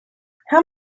how